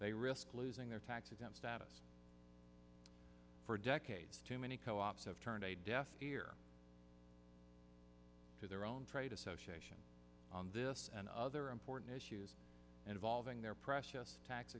they risk losing their tax exempt status for decades too many co ops have turned a deaf ear to their own trade association on this and other important issues involving their precious tax